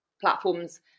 platforms